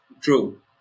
True